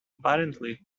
apparently